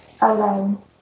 alone